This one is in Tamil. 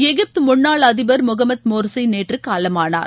எகிப்து முன்னாள் அதிபர் முகமது மோர்சி நேற்று காலமானார்